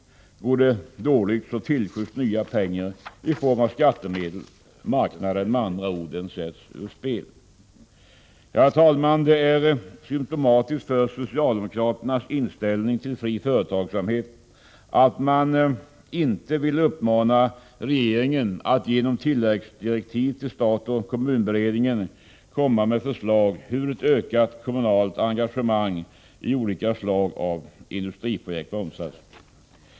Går de dåligt, tillskjuts nya pengar i form av skattemedel. Marknaden sätts med andra ord ur spel. Herr talman! Det är symtomatiskt för socialdemokraternas inställning till fri företagssamhet att man inte vill uppmana regeringen att genom tilläggsdirektiv till stat-kommun-beredningen, komma med förslag om hur ett ökat kommunalt engagemang i olika slag av industriprojekt bromsas.